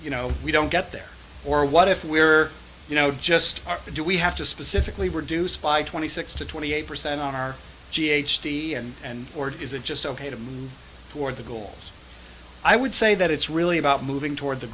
you know we don't get there or what if we're you know just are do we have to specifically reduce by twenty six to twenty eight percent on our g h t and or is it just ok to move toward the goals i would say that it's really about moving toward the